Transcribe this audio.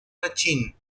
machine